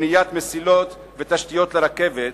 ובניית מסילות ותשתיות לרכבת,